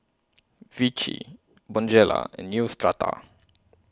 Vichy Bonjela and Neostrata